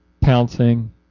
pouncing